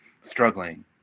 struggling